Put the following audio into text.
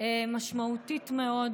משמעותית מאוד